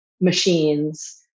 machines